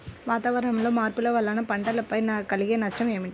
వాతావరణంలో మార్పుల వలన పంటలపై కలిగే నష్టం ఏమిటీ?